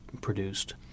produced